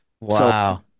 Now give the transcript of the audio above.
Wow